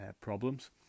problems